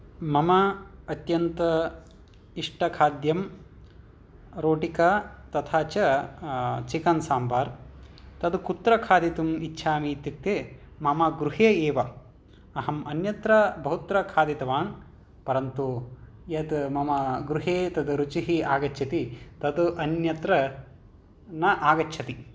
मम अत्यन्त इष्टखाद्यं रोटिका तथा च चिकन् साम्बार् तत् कुत्र खादितुम् इच्छामि इत्युक्ते मम गृहे एव अहम् अन्यत्र बहुत्र खादितवान् परन्तु यत् मम गृहे तत् रुचिः आगच्छति तत् अन्यत्र न आगच्छति